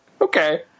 Okay